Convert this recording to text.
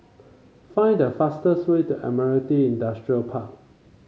find the fastest way to Admiralty Industrial Park